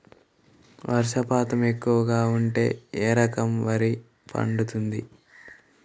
వర్షపాతం ఎక్కువగా ఉంటే ఏ రకం వరి పండుతుంది?